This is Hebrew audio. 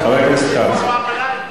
חבר הכנסת כץ, חבר הכנסת כץ.